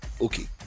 okay